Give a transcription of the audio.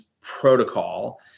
protocol